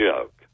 joke